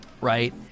right